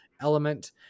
element